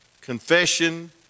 confession